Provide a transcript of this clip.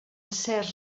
certs